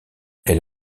elle